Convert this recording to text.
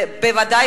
ובוודאי